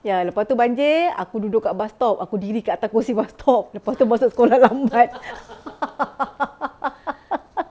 ya lepas tu banjir aku duduk kat bus stop aku diri kat atas kerusi bus stop lepas tu masuk sekolah lambat